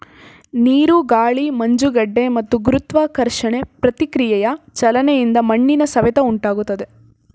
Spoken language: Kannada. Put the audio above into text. ನೀರು ಗಾಳಿ ಮಂಜುಗಡ್ಡೆ ಮತ್ತು ಗುರುತ್ವಾಕರ್ಷಣೆ ಪ್ರತಿಕ್ರಿಯೆಯ ಚಲನೆಯಿಂದ ಮಣ್ಣಿನ ಸವೆತ ಉಂಟಾಗ್ತದೆ